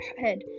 head